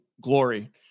glory